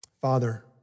Father